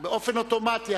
באופן אוטומטי,